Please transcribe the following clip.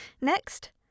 Next